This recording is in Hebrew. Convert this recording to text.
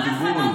כמו שפתחתי